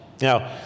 Now